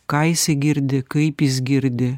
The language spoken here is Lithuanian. ką jisai girdi kaip jis girdi